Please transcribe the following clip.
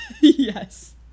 yes